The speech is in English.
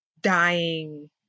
dying